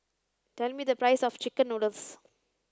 tell me the price of chicken noodles